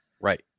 Right